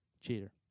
Cheater